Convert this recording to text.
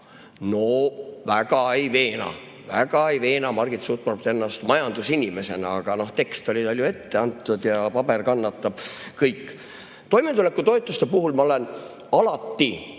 No väga ei veena! Väga ei veena Margit Sutropit ennast majandusinimesena! Aga no tekst oli talle ju ette antud ja paber kannatab kõike. Toimetulekutoetuste puhul ma olen alati